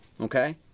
okay